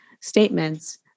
statements